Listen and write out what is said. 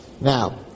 now